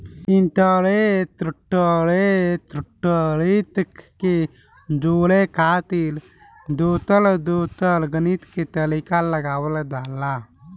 interest rate risk के जोड़े खातिर दोसर दोसर गणित के तरीका लगावल जाला